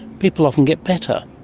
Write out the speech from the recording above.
people often get better.